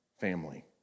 family